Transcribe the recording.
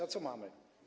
A co mamy?